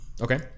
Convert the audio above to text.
okay